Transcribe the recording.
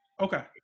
Okay